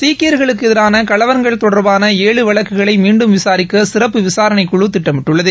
சீக்கியர்களுக்கு எதிராள கலவரங்கள் தொடர்பாள ஏழு வழக்குகளை மீண்டும் விசாரிக்க சிறப்பு விசாரணைக் குழு திட்டமிட்டுள்ளது